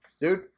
Dude